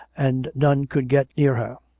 and none could get near her.